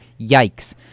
Yikes